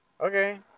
okay